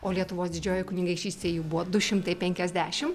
o lietuvos didžiojoj kunigaikštystėj jų buvo du šimtai penkiasdešimt